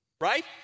right